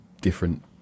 different